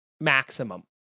maximum